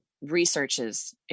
researches